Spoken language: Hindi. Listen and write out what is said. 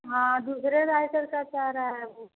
हाँ दूसरे राइटर का चाह रहा है बुक